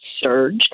surge